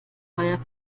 feuer